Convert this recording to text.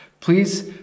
Please